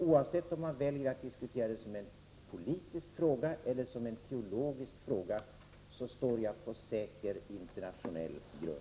Oavsett om man väljer att diskutera det som en politisk fråga eller som en teologisk fråga står jag på säker internationell grund.